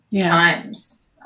times